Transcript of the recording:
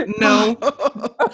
No